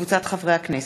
וקבוצת חברי הכנסת,